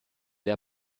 der